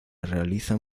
realizan